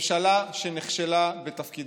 ממשלה שנכשלה בתפקידה.